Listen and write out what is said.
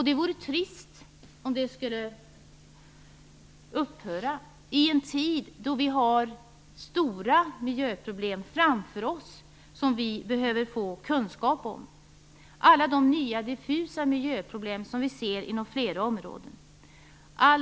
Det vore trist om den skulle upphöra i en tid då vi har stora miljöproblem framför oss, som vi behöver få kunskap om. Det är nya diffusa miljöproblem som vi ser inom flera områden.